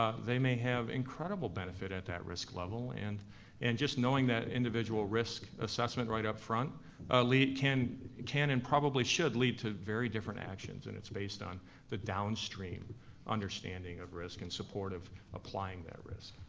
ah they may have incredible benefit at that risk level. and and just knowing that individual risk assessment right up front can can and probably should lead to very different actions and it's based on the downstream understanding of risk and support of applying that risk.